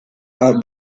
are